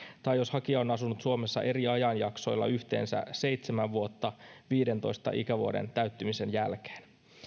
tai jos hakija on asunut suomessa eri ajanjaksoilla yhteensä seitsemän vuotta viidentoista ikävuoden täyttymisen jälkeen